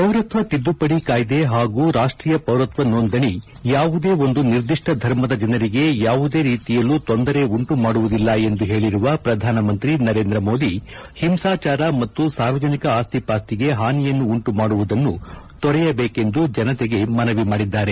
ಪೌರತ್ವ ತಿದ್ದುಪಡಿ ಕಾಯ್ದೆ ಹಾಗೂ ರಾಷ್ಟೀಯ ಪೌರತ್ವ ನೊಂದಣಿ ಯಾವುದೇ ಒಂದು ನಿರ್ಧಿಷ್ಠ ಧರ್ಮದ ಜನರಿಗೆ ಯಾವುದೇ ರೀತಿಯಲ್ಲೂ ತೊಂದರೆ ಉಂಟು ಮಾಡುವುದಿಲ್ಲ ಎಂದು ಹೇಳಿರುವ ಪ್ರಧಾನಮಂತ್ರಿ ನರೇಂದ್ರ ಮೋದಿ ಹಿಂಸಾಚಾರ ಮತ್ತು ಸಾರ್ವಜನಿಕ ಆಸ್ತಿಪಾಸ್ತಿಗೆ ಹಾನಿಯನ್ನು ಉಂಟುಮಾಡುವುದು ತೊರಯಬೇಕೆಂದು ಜನತೆಗೆ ಮನವಿ ಮಾಡಿದ್ದಾರೆ